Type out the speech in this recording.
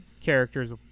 character's